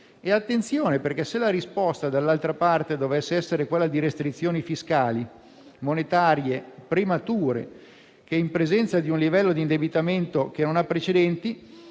Attenzione: se la risposta dall'altra parte dovessero essere restrizioni fiscali e monetarie premature, in presenza di un livello di indebitamento che non ha precedenti,